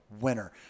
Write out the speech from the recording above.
winner